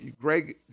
Greg